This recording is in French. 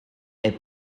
est